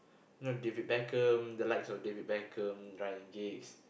you know David-Beckham the lights of David-Beckham Ryan-Giggs